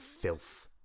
filth